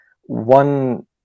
one